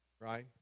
right